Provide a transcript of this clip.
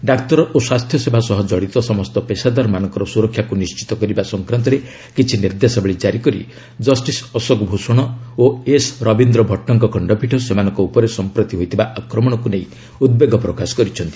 ଡାକ୍ତର ଓ ସ୍ୱାସ୍ଥ୍ୟ ସେବା ସହ କଡ଼ିତ ସମସ୍ତ ପେଷାଦାରମାନଙ୍କର ସୁରକ୍ଷାକୁ ନିଶ୍ଚିତ କରିବା ସଂକ୍ରାନ୍ତରେ କିଛି ନିର୍ଦ୍ଦେଶାବଳୀ ଜାରି କରି ଜଷିସ୍ ଅଶୋକ ଭୂଷଣ ଓ ଏସ୍ ରବୀନ୍ଦ୍ର ଭଟ୍ଟଙ୍କ ଖଣ୍ଡପୀଠ ସେମାନଙ୍କ ଉପରେ ସମ୍ପ୍ରତି ହୋଇଥିବା ଆକ୍ରମଣକୁ ନେଇ ଉଦ୍ବେଗ ପ୍ରକାଶ କରିଛନ୍ତି